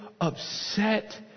upset